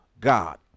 God